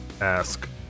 ask